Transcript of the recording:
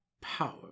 power